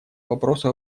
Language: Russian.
вопросу